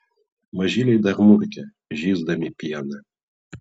mažyliai dar murkia žįsdami pieną